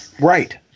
Right